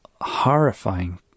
horrifying